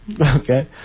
Okay